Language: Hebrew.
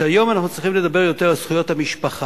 שהיום אנחנו צריכים לדבר יותר על זכויות המשפחה,